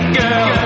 girl